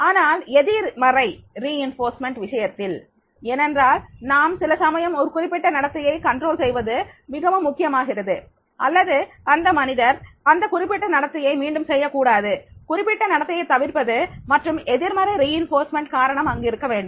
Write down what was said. ஆனால் எதிர்மறை வலுவூட்டல் விஷயத்தில் ஏனென்றால் நாம் சில சமயம் ஒரு குறிப்பிட்ட நடத்தையை கட்டுப்பாடு செய்வது மிகவும் முக்கியமாகிறது அல்லது அந்த மனிதர் அந்த குறிப்பிட்ட நடத்தையை மீண்டும் செய்யக்கூடாது குறிப்பிட்ட நடத்தையை தவிர்ப்பது மற்றும் எதிர்மறை வலுவூட்டல் காரணம் அங்கு இருக்க வேண்டும்